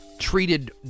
treated